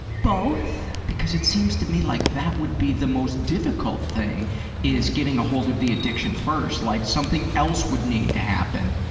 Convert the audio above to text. both. because it seems to me like that would be the most difficult thing is getting a hold of the addiction first, like, something else would need to happen.